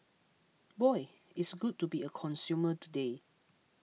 boy it's good to be a consumer today